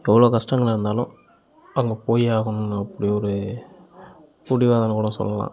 எவ்வளோ கஷ்டங்கள் இருந்தாலும் அங்கே போயே ஆகணுன்னு அப்படி ஒரு பிடிவாதனுகூட சொல்லலாம்